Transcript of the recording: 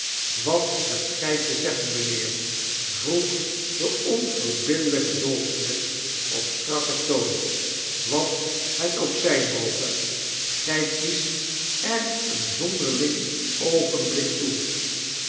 wat hebt gy te zeggen mynheer vroeg de onverbiddeltjke dawsnaps opstrakkentoon wat het ook zijn moge gy kiest er een zonderling oogenblik toe